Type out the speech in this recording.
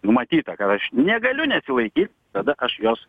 numatyta kad aš negaliu nesilaikyt tada aš jos